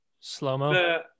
Slow-mo